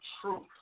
Truth